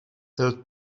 byl